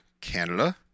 Canada